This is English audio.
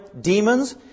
demons